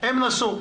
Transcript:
הם נשאו.